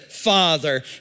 father